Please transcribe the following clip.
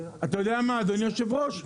אתה יודע מה, אדוני היושב-ראש?